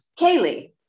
Kaylee